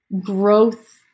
growth